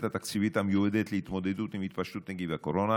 התקציבית המיועדת להתמודדות עם התפשטות נגיף הקורונה.